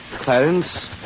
Clarence